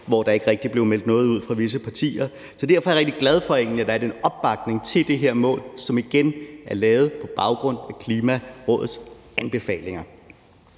hvor der ikke rigtig blev meldt noget ud fra visse partier. Derfor er jeg rigtig glad for, egentlig, at der er den opbakning til det her mål, som igen er lavet på baggrund af Klimarådets anbefalinger.